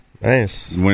Nice